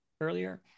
earlier